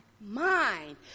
mind